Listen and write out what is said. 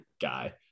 guy